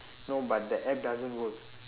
no but the app doesn't work